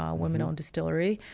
um woman own distillery.